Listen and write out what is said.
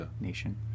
nation